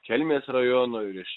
kelmės rajono ir iš